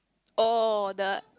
oh the